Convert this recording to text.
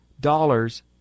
dollars